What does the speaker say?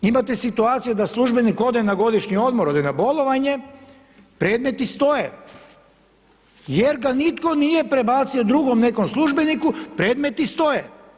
Imate situaciju da službenik ode na godišnji odmor, ode na bolovanje, predmeti stoje jer ga nitko nije prebacio drugom nekom službeniku, predmeti stoje.